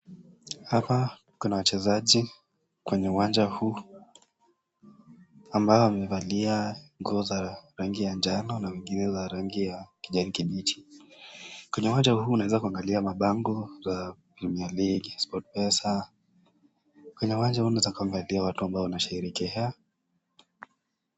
Hapa kuna wachezaji kwenye uwanja huu ambao wamevalia nguo za rangi ya njano na wengine za rangi ya kijani kibichi. Kwenye uwanja huu naweza kuangalia mabango za Premier League, SportPesa. Kwenye uwanja huu naweza kuangalia watu ambao wanasherehekea.